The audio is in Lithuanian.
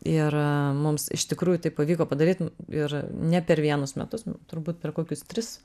ir mums iš tikrųjų tai pavyko padaryt ir ne per vienus metus nu turbūt per kokius tris